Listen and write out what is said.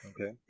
Okay